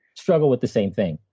struggle with the same thing.